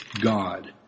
God